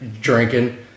drinking